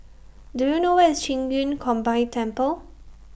Do YOU know Where IS Qing Yun Combined Temple